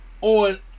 on